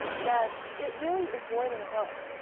that it really is more than a book.